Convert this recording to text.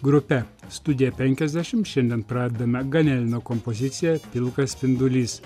grupe studija penkiasdešimt šiandien pradedame ganelino kompoziciją pilkas spindulys